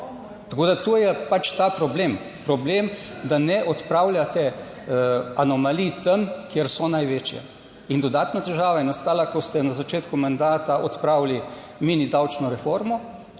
Tako da to je pač ta problem. Problem, da ne odpravljate anomalij tam kjer so največje. In dodatna težava je nastala, ko ste na začetku mandata odpravili mini davčno reformo,